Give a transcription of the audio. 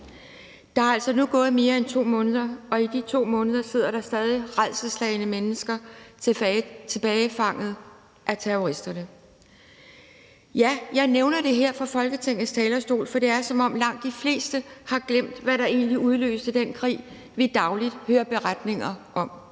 Der er altså nu gået flere måneder, og efter de måneder sidder der stadig rædselsslagne gidsler tilbage, fanget af terroristerne. Jeg nævner det her fra Folketingets talerstol, for det er, som om langt de fleste har glemt, hvad der egentlig udløste den krig, som vi dagligt hører beretninger om.